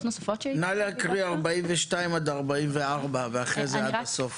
נא להקריא את סעיפים 42 עד 44, ואחרי זה עד הסוף.